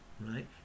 right